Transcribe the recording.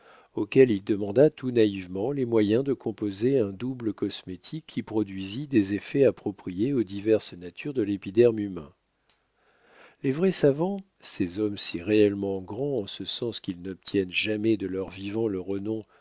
auquel il demanda tout naïvement les moyens de composer un double cosmétique qui produisît des effets appropriés aux diverses natures de l'épiderme humain les vrais savants ces hommes si réellement grands en ce sens qu'ils n'obtiennent jamais de leur vivant le renom